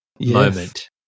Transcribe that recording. moment